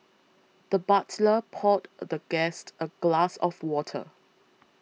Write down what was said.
the butler poured a the guest a glass of water